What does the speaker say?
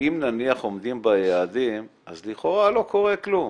אם נניח עומדים ביעדים אז לכאורה לא קורה כלום,